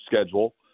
schedule